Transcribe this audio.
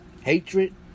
hatred